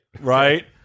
right